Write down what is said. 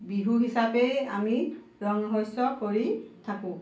বিহু হিচাপেই আমি ৰং ৰহইচ কৰি থাকোঁ